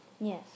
Yes